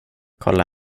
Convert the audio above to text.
kolla